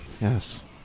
Yes